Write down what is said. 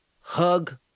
Hug